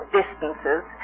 distances